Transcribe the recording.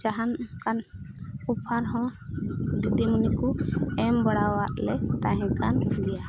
ᱡᱟᱦᱟᱸ ᱞᱮᱠᱟᱱ ᱦᱚᱸ ᱫᱤᱫᱤᱢᱚᱱᱤ ᱠᱚ ᱮᱢ ᱵᱟᱲᱟᱣᱟᱜ ᱞᱮ ᱛᱟᱦᱮᱸ ᱠᱟᱱ ᱜᱮᱭᱟ